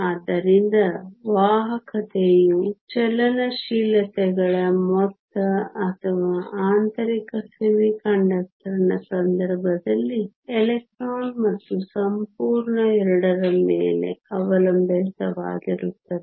ಆದ್ದರಿಂದ ವಾಹಕತೆಯು ಚಲನಶೀಲತೆಗಳ ಮೊತ್ತ ಅಥವಾ ಆಂತರಿಕ ಅರೆವಾಹಕನ ಸಂದರ್ಭದಲ್ಲಿ ಎಲೆಕ್ಟ್ರಾನ್ ಮತ್ತು ಸಂಪೂರ್ಣ ಎರಡರ ಮೇಲೆ ಅವಲಂಬಿತವಾಗಿರುತ್ತದೆ